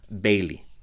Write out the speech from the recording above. bailey